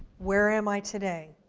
where am i today.